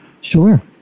Sure